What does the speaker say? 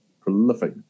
prolific